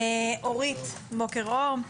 אורית, בוקר אור.